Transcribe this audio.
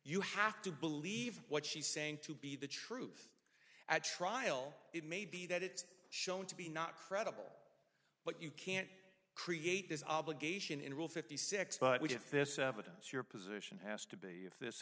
you have to believe what she's saying to be the truth at trial it may be that it's shown to be not credible but you can't create this obligation in a rule fifty six but if this evidence your position has to be if this